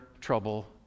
trouble